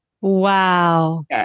Wow